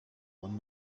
one